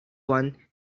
one